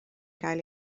gael